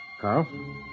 Carl